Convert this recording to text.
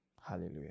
Hallelujah